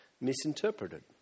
misinterpreted